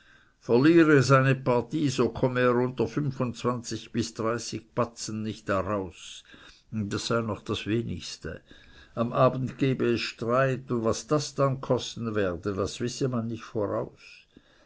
verliere seine partie so komme er unter fünfundzwanzig bis dreißig batzen nicht daraus das sei noch das wenigste am abend gebe es streit und was dann das kosten werde das wisse man nicht voraus